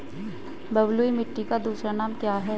बलुई मिट्टी का दूसरा नाम क्या है?